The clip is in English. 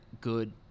good